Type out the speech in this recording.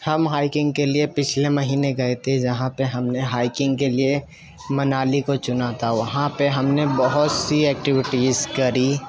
ہم ہائکنگ کے لیے پچھلے مہینے گئے تھے جہاں پہ ہم نے ہائکنگ کے لیے منالی کو چنا تھا وہاں پہ ہم نے بہت سی ایکٹیوٹیز کری